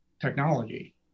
technology